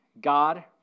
God